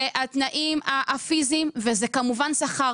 זה התנאים הפיזיים וזה כמובן שכר.